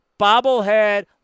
bobblehead